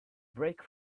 brake